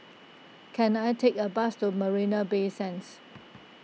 can I take a bus to Marina Bay Sands